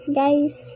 guys